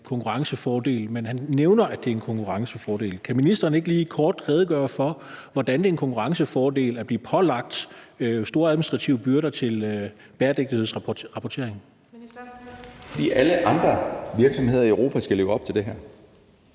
konkurrencefordel, men han nævner, at det er en konkurrencefordel. Kan ministeren ikke lige kort redegøre for, hvordan det er en konkurrencefordel at blive pålagt store administrative byrder til bæredygtighedsrapportering? Kl. 09:57 Den fg. formand (Birgitte Vind): Ministeren.